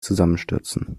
zusammenstürzen